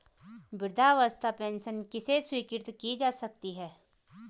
वृद्धावस्था पेंशन किसे स्वीकृत की जा सकती है?